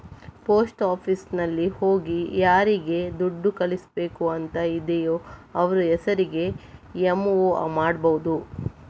post ಆಫೀಸಿನಲ್ಲಿ ಹೋಗಿ ಯಾರಿಗೆ ದುಡ್ಡು ಕಳಿಸ್ಬೇಕು ಅಂತ ಇದೆಯೋ ಅವ್ರ ಹೆಸರಿಗೆ ಎಂ.ಒ ಮಾಡ್ಬಹುದು